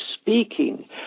speaking